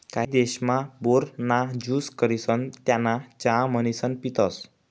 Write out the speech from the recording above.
काही देशमा, बोर ना ज्यूस करिसन त्याना चहा म्हणीसन पितसं